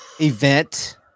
event